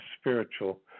spiritual